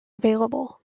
available